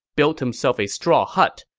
built himself a straw hut,